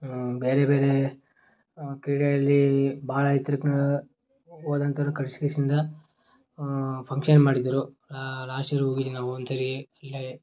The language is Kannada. ಬೇರೆ ಬೇರೆ ಕ್ರೀಡೆಯಲ್ಲಿ ಭಾಳ ಎತ್ರಕ್ಕೆ ಹೋದಂತವ್ರ್ ಫಂಕ್ಷನ್ ಮಾಡಿದ್ದರು ಲಾಸ್ಟ್ ಇಯರ್ ಹೋಗಿದ್ವಿ ನಾವು ಒಂದು ಸರಿ